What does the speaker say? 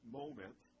moment